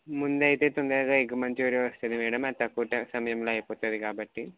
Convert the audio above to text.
ముందైతే తొందరగా egg Manchuria వస్తుంది మేడమ్ అది తక్కువ టై సమయంలో అయిపోతుంది కాబట్టి